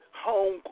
home